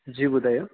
जी ॿुधायो